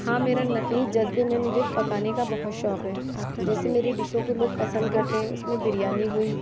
ہاں میرا نفیس جذبے میں مجھے پکانے کا بہت شوق ہے جیسے میری ڈشوں کو لوگ پسند کرتے ہیں اُس میں بریانی ہوئی